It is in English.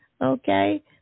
Okay